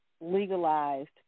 legalized